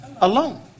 alone